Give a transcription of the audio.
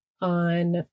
on